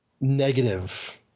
negative